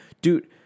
Dude